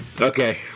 Okay